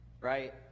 right